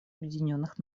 объединенных